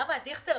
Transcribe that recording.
דיכטר,